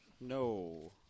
No